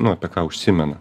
nu apie ką užsimena